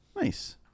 nice